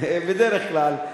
בדרך כלל.